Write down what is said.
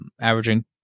averaging